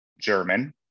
German